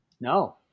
No